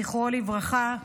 זכרו לברכה,